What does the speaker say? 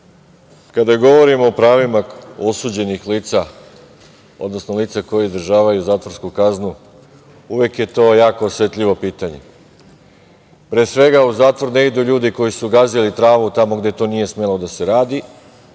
kada govorimo o pravima osuđenih lica, odnosno lica koji izdržavaju zatvorsku kaznu, uvek je to jako osetljivo pitanje. Pre svega, u zatvor ne idu ljudi koji su gazili travu tamo gde to nije smelo da se radi,